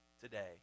Today